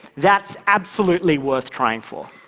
that's absolutely worth trying for.